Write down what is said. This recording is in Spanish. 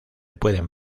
pueden